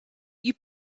you